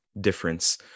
difference